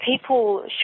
people